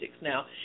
Now